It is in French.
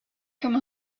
comme